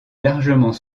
largement